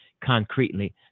concretely